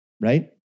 right